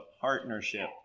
partnership